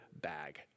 bag